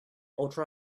ultra